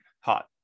hot